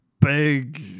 big